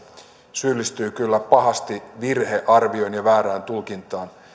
syyllistyi kyllä pahasti virhearvioon ja väärään tulkintaan